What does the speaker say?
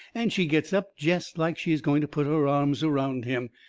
and she gets up jest like she is going to put her arms around him.